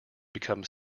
become